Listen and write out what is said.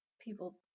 people